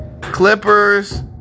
Clippers